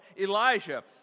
Elijah